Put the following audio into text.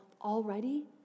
already